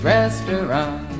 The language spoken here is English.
Restaurant